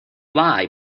lie